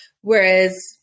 Whereas